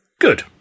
Good